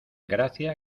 gracia